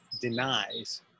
denies